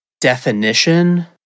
definition